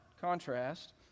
contrast